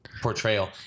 portrayal